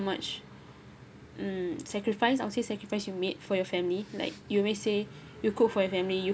much mm sacrifice I'll say sacrifice you made for your family like you may say you cook for your family you